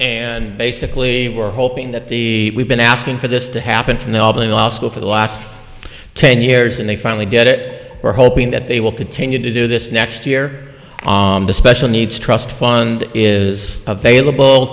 and basically we're hoping that the we've been asking for this to happen from the school for the last ten years and they finally did it we're hoping that they will continue to do this next year the special needs trust fund is available